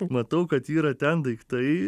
matau kad yra ten daiktai